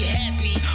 happy